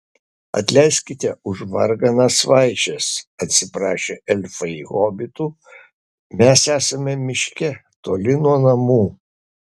atleiskite už varganas vaišes atsiprašė elfai hobitų mes esame miške toli nuo namų